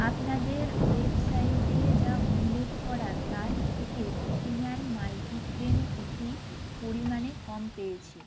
আপনাদের ওয়েবসাইটে যা উল্লেখ করা তার থেকে কুকিম্যান মাল্টিগ্রেন কুকি পরিমাণে কম পেয়েছি